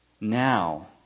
now